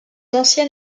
ancien